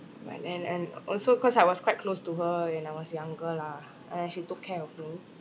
but then and also cause I was quite close to her when I was younger lah and then she took care of me